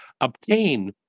obtain